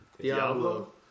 Diablo